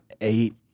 eight